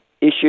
issue